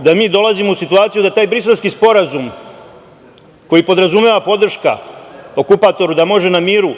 da mi dolazimo u situaciju da taj Briselski sporazum koji podrazumeva podršku okupatoru da može na miru